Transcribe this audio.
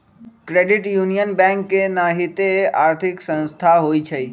credit union bank के नाहिते आर्थिक संस्था होइ छइ